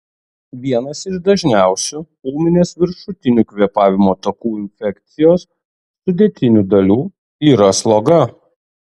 vienas iš dažniausių ūminės viršutinių kvėpavimo takų infekcijos sudėtinių dalių yra sloga